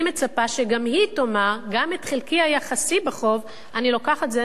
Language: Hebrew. אני מצפה שגם היא תאמר: גם את חלקי היחסי בחוב אני לוקחת.